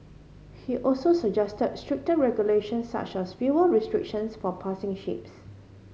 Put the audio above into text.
he also suggest stricter regulation such as fuel restrictions for passing ships